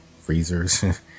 freezers